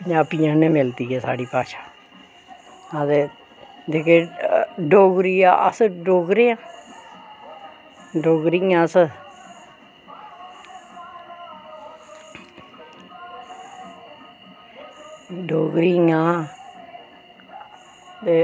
पंजाबियें नै मिलदी ऐ साढ़ी भाशा ते जेह्की डोगरी ऐ अस डोगरे आं डोगरी आं अस डोगरी आं ते